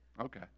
Okay